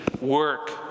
work